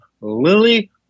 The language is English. Lily